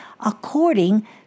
according